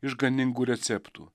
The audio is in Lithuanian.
išganingų receptų